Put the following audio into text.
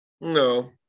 No